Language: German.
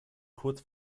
kurz